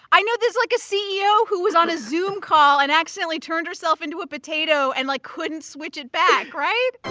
i know. this is like a ceo who was on a zoom call and actually turned herself into a potato and, like, couldn't switch it back. right?